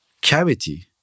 cavity